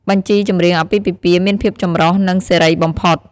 បញ្ជីចម្រៀងអាពាហ៍ពិពាហ៍មានភាពចម្រុះ និងសេរីបំផុត។